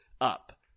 up